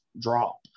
drop